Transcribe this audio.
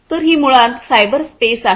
तर ही मुळात सायबर स्पेस आहे